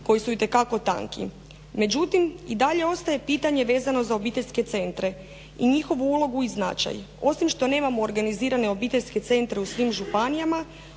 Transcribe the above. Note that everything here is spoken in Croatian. koji su itekako tanki. Međutim i dalje ostaje pitanje vezano za obiteljske centre i za njihovu ulogu i značaj. Osim što nemamo organizirano obiteljske centre u svim županijama,